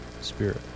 Spirit